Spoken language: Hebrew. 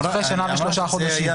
אחרי שנה ושלושה חודשים,